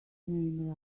name